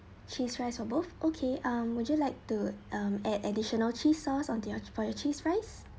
cheese rice for both okay um would you like to um add additional cheese sauce on there for your cheese fries